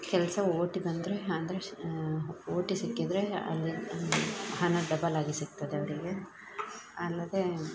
ಕೆಲಸ O T ಬಂದರೆ ಅಂದರೆ ಶ ಓ ಟಿ ಸಿಕ್ಕಿದರೆ ಅಂದರೆ ಹಣ ಡಬಲ್ಲಾಗಿ ಸಿಗ್ತದೆ ಅವರಿಗೆ ಅಲ್ಲದೆ